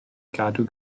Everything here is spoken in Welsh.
gadw